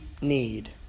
need